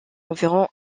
environ